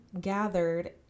gathered